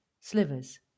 Slivers